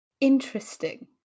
Interesting